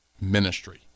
ministry